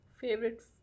Favorite